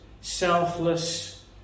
selfless